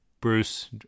Bruce